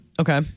Okay